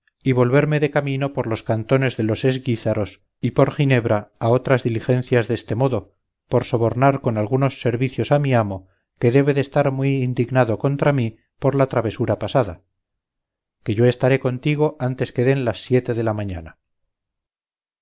y volverme de camino por los cantones de los esguízaros y por ginebra a otras diligencias deste modo por sobornar con algunos servicios a mi amo que debe de estar muy indignado contra mí por la travesura pasada que yo estaré contigo antes que den las siete de la mañana